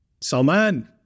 Salman